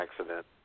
accident